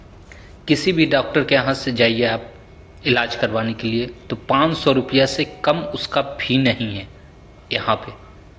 किसी भी डाक्टर के यहाँ से जाइए आप इलाज करवाने के लिए तो पाँच सौ रुपये रुपैया से कम उसका फी नहीं है यहाँ पे